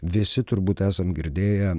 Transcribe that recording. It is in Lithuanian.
visi turbūt esam girdėję